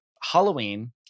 Halloween